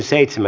asia